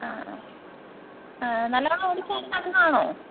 ആ ആ നല്ലോണം ഓടി ചാടി നടന്നതാണോ